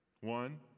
One